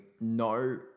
no